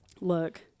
look